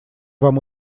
вам